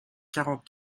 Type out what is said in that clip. quarante